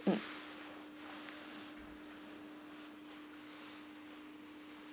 mm